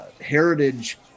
heritage